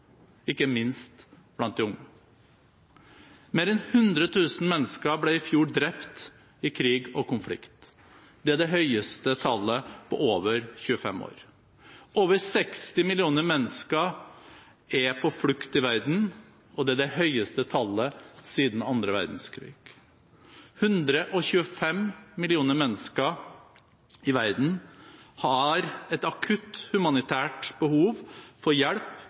ikke minst blant de unge. Mer enn 100 000 mennesker ble i fjor drept i krig og konflikt. Det er det høyeste tallet på over 25 år. Over 60 millioner mennesker er på flukt i verden, og det er det høyeste antallet siden annen verdenskrig. 125 millioner mennesker i verden har et akutt behov for humanitær hjelp